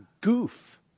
goof